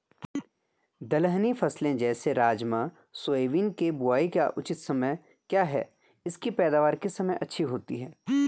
दलहनी फसलें जैसे राजमा सोयाबीन के बुआई का उचित समय क्या है इसकी पैदावार किस समय अच्छी होती है?